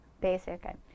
basic